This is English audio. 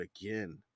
again